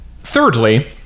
Thirdly